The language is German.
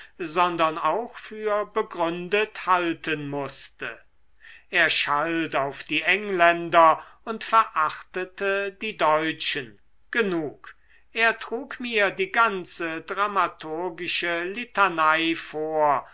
sondern auch für begründet halten mußte er schalt auf die engländer und verachtete die deutschen genug er trug mir die ganze dramaturgische litanei vor